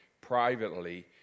privately